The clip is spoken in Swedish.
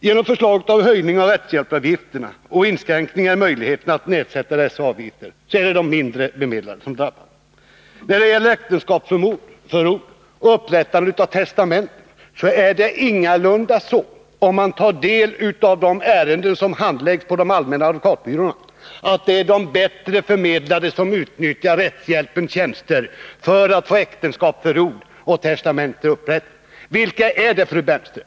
Genom förslag om höjningar av rättshjälpsavgifterna och inskränkningar i möjligheterna att nedsätta dessa avgifter drabbas de mindre bemedlade. När det gäller äktenskapsförord och upprättande av testamente finner man — om man tar del av de ärenden som handläggs på de allmänna advokatbyråerna — att det ingalunda är de bättre bemedlade som utnyttjar rättshjälpens tjänster för att få sådana handlingar upprättade. Vilka är det då, fru Bernström?